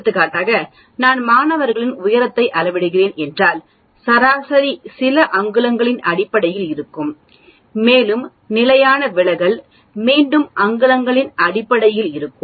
எடுத்துக்காட்டாக நான் மாணவர்களின் உயரத்தை அளவிடுகிறேன் என்றால் சராசரி சில அங்குலங்களின் அடிப்படையில் இருக்கும் மேலும் நிலையான விலகல் மீண்டும் அங்குலங்களின் அடிப்படையில் இருக்கும்